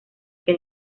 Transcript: que